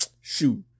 shoot